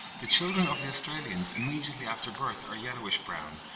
the children of the australians immediately after birth are yellowish-brown,